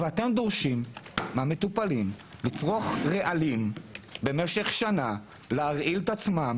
ואתם דורשים מהמטופלים לצרוך רעלים במשך שנה להרעיל את עצמם